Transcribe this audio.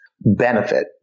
benefit